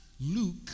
Luke